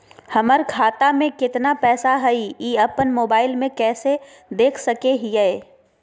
हमर खाता में केतना पैसा हई, ई अपन मोबाईल में कैसे देख सके हियई?